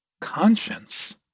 conscience